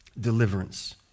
Deliverance